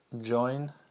join